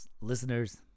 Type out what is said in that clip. listeners